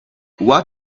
what